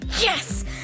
Yes